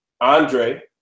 Andre